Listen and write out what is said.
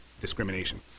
discrimination